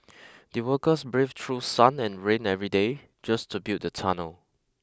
the workers braved through sun and rain every day just to build the tunnel